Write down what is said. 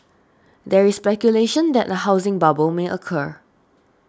there is speculation that a housing bubble may occur